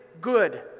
good